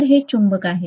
तर हे चुंबक आहे